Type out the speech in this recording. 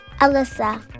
Alyssa